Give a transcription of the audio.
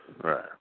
Right